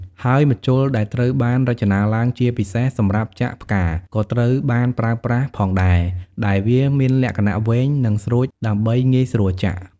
ហើយម្ជុលដែលត្រូវបានរចនាឡើងជាពិសេសសម្រាប់ចាក់ផ្កាក៏ត្រូវបានប្រើប្រាស់ផងដែរ ដែលវាមានលក្ខណៈវែង និងស្រួចដើម្បីងាយស្រួលចាក់។